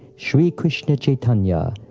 shri krishna chaitanya!